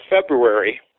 February